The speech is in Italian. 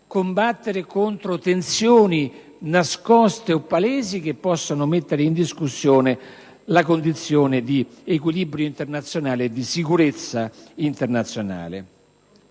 combattere contro tensioni nascoste o palesi che possono mettere in discussione la condizione di equilibrio e di sicurezza internazionale.